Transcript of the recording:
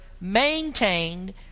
maintained